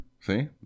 See